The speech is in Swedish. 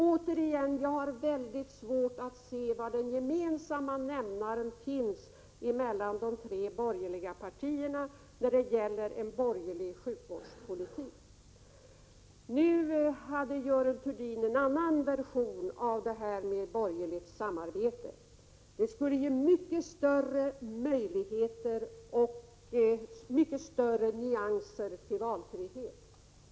Återigen: Jag har mycket svårt att se den gemensamma nämnaren för de tre borgerliga partiernas sjukvårdspolitik. Görel Thurdin hade en annan version när det gäller det borgerliga samarbetet. Det skulle ge mycket större möjligheter och nyanser i fråga om valfriheten.